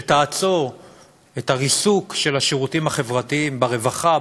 שתעצור את הריסוק של השירותים החברתיים ברווחה,